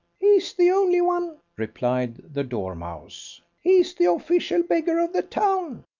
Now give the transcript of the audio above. he's the only one, replied the dormouse. he's the official beggar of the town.